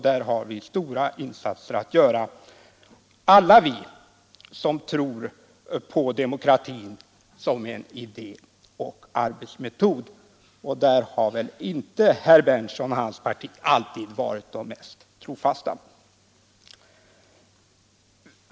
Den upplevs s kert såsom mycket positiv av det övervägande antalet medbor om en idé och arbetsmetod stora insatser att göra, och där har väl inte herr Berndtson och hans parti alltid varit de mest trofasta.